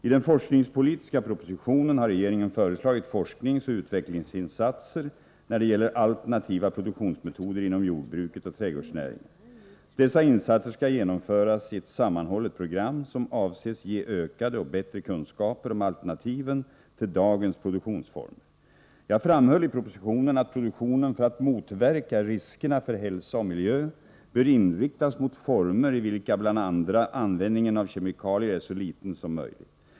I den forskningspolitiska propositionen har regeringen föreslagit forskningsoch utvecklingsinsatser när det gäller alternativa produktionsmetoder inom jordbruket och trädgårdsnäringen. Dessa insatser skall genomföras ett sammanhållet program som avses ge ökade och bättre kunskaper om alternativen till dagens produktionsformer. Jag framhöll i propositionen att produktionen, för att motverka riskerna för hälsa och miljö, bör inriktas mot former i vilka bl.a. användningen av kemikalier är så liten som möjligt.